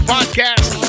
Podcast